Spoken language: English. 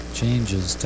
changes